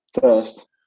first